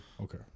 Okay